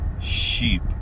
sheep